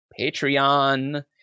Patreon